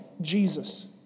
Jesus